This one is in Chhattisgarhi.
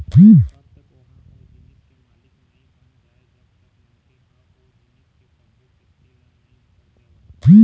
कब तक ओहा ओ जिनिस के मालिक नइ बन जाय जब तक मनखे ह ओ जिनिस के सब्बो किस्ती ल नइ भर देवय